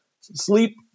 Sleep